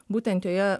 būtent joje